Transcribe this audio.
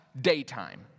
daytime